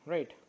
Right